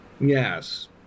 Yes